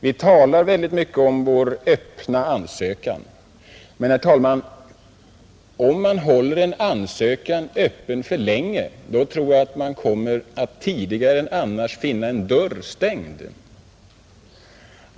Vi talar mycket om vår öppna ansökan, herr talman, men om man har en ansökan öppen för länge tror jag att man kommer att, tidigare än annars, finna en dörr stängd.